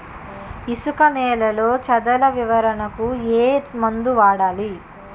ఇసుక నేలలో చదల నివారణకు ఏ మందు వాడాలి?